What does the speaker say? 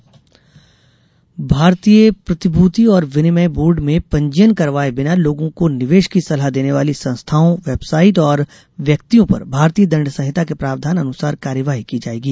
सेबी भारतीय प्रतिभूति और विनिमय बोर्ड में पंजीयन करवाये बिना लोगों को निवेश की सलाह देने वाली संस्थाओं वेबसाइट और व्यक्तियों पर भारतीय दण्ड संहिता के प्रावधान अनुसार कार्यवाही की जायेगी